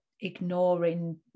ignoring